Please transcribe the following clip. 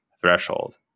threshold